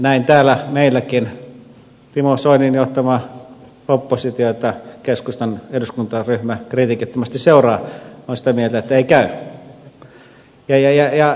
näin täällä meilläkin timo soinin johtama oppositio jota keskustan eduskuntaryhmä kritiikittömästi seuraa on sitä mieltä että ei käy